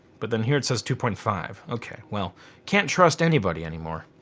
but then here it says two point five. okay well can't trust anybody anymore.